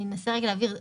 אני אנסה רגע להבהיר.